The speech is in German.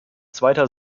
zweiter